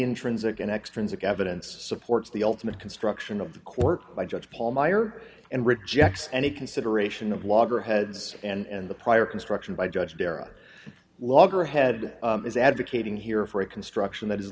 intrinsic and extras of evidence supports the ultimate construction of the court by judge paul meyer and rejects any consideration of loggerheads and the prior construction by judge darrow loggerhead is advocating here for a construction that is